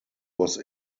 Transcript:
was